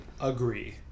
agree